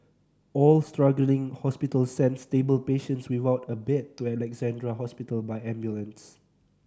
all struggling hospitals sent stable patients without a bed to Alexandra Hospital by ambulance